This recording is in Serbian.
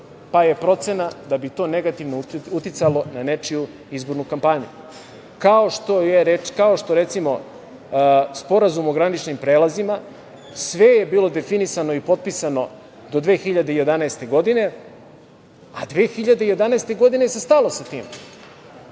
pa je procena da bi to negativno uticalo na nečiju izbornu kampanju. Kao što, recimo, Sporazum o graničnim prelazima, sve je bilo definisano i potpisano do 2011. godine, a 2011. godine se stalo sa tim,